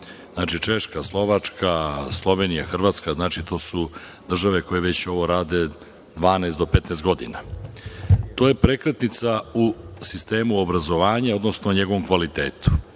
Znači, Češka, Slovačka, Slovenija, Hrvatska, to su države koje već ovo rade 12 do 15 godina. To je prekretnica u sistemu obrazovanja, odnosno njegovom kvalitetu. Uvođenjem